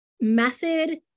method